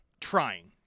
trying